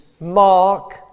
mark